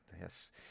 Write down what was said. Yes